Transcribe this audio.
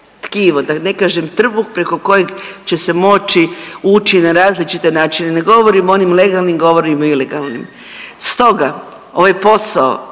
tkivo, da ne kažem trbuh preko kojeg će se moći ući na različite načine. Ne govorim o onim legalnim, govorim o ilegalnim. Stoga ovaj posao